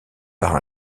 par